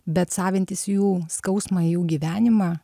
bet savintis jų skausmą jų gyvenimą